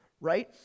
right